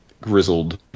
grizzled